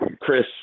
Chris